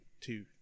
two